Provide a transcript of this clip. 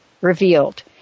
revealed